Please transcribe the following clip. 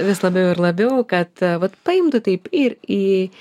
vis labiau ir labiau kad vat paimtų taip ir į